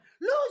lose